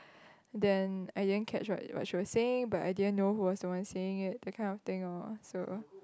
then I didn't catch what what she was saying but I didn't know who was the one saying it that kind of thing orh so